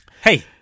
hey